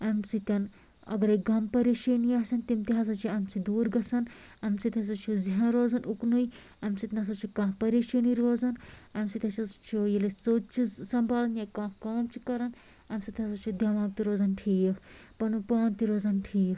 اَمہِ سۭتۍ اَگرٔے غم پَریشٲنی آسیٚن تِم تہِ ہسا چھِ اَمہِ سۭتۍ دوٗر گژھان اَمہِ سۭتۍ ہسا چھُ ذہن روزان اُکنٕے اَمہِ سۭتۍ نَہ سا چھِ کانٛہہ پَریشٲنی روزان اَمہِ سۭتۍ ہسا چھُ ییٚلہِ أسۍ ژوٚدۍ چھِ سَمبالان یا کانٛہہ کٲم چھِ کران اَمہِ سۭتۍ ہسا چھُ دیٚماغ تہِ روزان ٹھیٖک پَنُن پان تہِ روزان ٹھیٖک